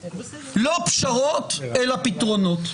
לא פשרות אלא פתרונות.